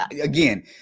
again